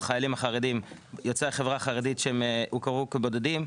החיילים יוצאי החברה החרדית שהוכרו כבודדים,